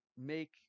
make